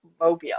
mobile